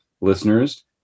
listeners